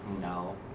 no